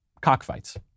cockfights